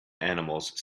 animals